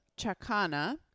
Chacana